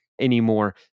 anymore